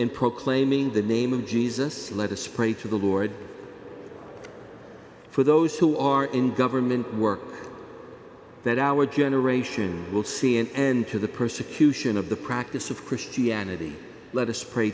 in proclaiming the name of jesus let us pray to the lord for those who are in government work that our generation will see an end to the persecution of the practice of christianity let us pray